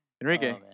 Enrique